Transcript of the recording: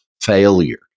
failure